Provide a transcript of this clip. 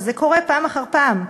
וזה קורה פעם אחר פעם.